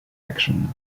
action